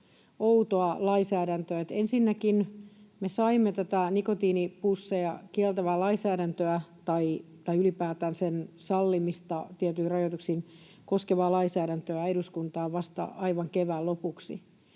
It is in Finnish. outoa lainsäädäntöä, että ensinnäkin me saimme nikotiinipusseja kieltävää lainsäädäntöä, tai ylipäätään lainsäädäntöä koskien sen sallimista tietyin rajoituksin, eduskuntaan vasta aivan kevään lopuksi.